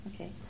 Okay